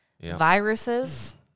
viruses